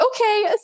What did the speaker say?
okay